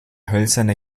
hölzerne